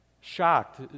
Shocked